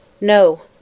No